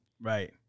Right